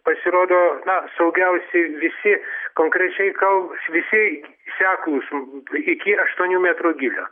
pasirodo saugiausi visi konkrečiai kal visi seklūs iki aštuonių metrų gylio